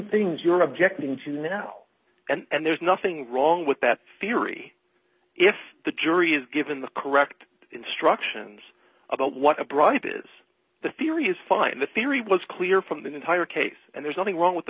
things you're objecting to now and there's nothing wrong with that theory if the jury is given the correct instructions about what a bribe is the theory is fine the theory was clear from the entire case and there's nothing wrong with the